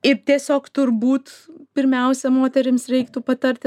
ir tiesiog turbūt pirmiausia moterims reiktų patarti